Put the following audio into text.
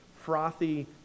frothy